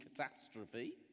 catastrophe